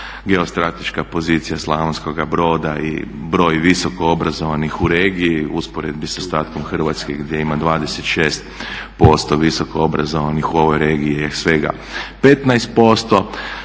geostrateška pozicija Slavonskoga Broda i broj visokoobrazovanih u regiji u usporedbi sa ostatkom Hrvatske gdje ima 26% visokoobrazovanih, u ovoj regiji je svega 15%.